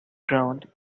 ground